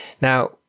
Now